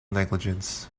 negligence